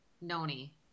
Noni